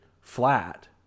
flat